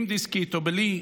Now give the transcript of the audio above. עם דסקית או בלי,